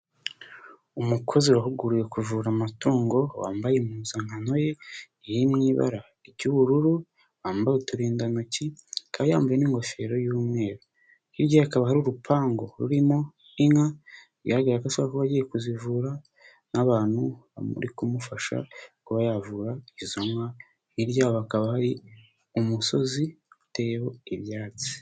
Umukozi wahuguriwe kuvura amatungo wambaye impuzankano ye iri mu ibara ry'ubururu, wambaye uturindantoki, akaba yambaye n'ingofero y'umweru, hirya ye hakaba hari urupangu rurimo inka igaragara ko bashobora kuba bagiye kuzivura n'abantu bari kumufasha kuba yavura izo nka, hirya hakaba hari umusozi uteyeho ibyatsi.